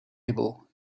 able